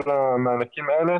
כל המענקים האלה